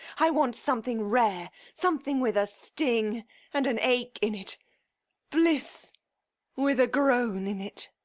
i want something rare something with a sting and an ache in it bliss with a groan in it.